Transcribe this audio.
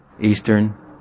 Eastern